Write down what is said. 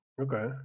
Okay